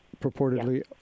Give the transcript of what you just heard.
purportedly